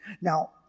Now